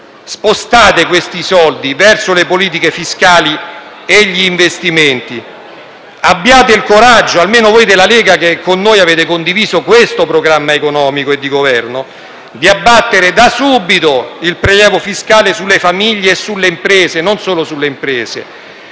Spostate questi soldi verso le politiche fiscali e gli investimenti, abbiate il coraggio - almeno voi della Lega, che con noi avete condiviso questo programma economico e di Governo - di abbattere da subito il prelievo fiscale sulle famiglie e sulle imprese, non solo sulle imprese.